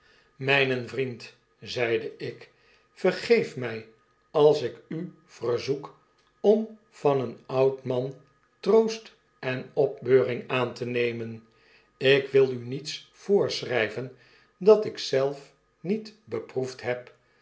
myni vriend zeide ik b vergeef mij alsik u verzoek om van een oud man troost en opbeuring aan te nemen ik wil u niets voorschryven dat ik zelf niet beproefd heb